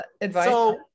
advice